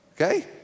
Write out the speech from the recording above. okay